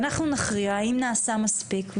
ואנחנו נכריע אם נעשה מספיק,